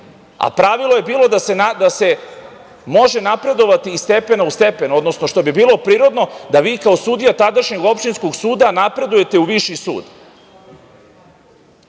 a pravilo je bilo da se može napredovati iz stepena u stepen, odnosno, što bi bilo prirodno, da vi kao sudija opštinskog suda napredujete u viši sud. Ono